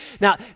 Now